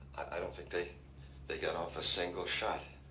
i don't think they they got off a single shot.